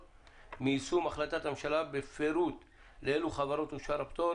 מיישום החלטת הממשלה בפירוט לאלה חברות אושר הפטור,